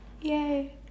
Yay